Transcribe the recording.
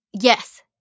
Yes